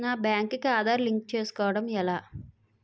నా బ్యాంక్ కి ఆధార్ లింక్ చేసుకోవడం ఎలా?